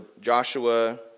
Joshua